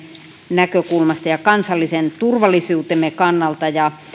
näkökulmasta ja kansallisen turvallisuutemme kannalta